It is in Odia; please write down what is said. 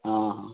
ହଁ ହଁ